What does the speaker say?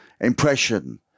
impression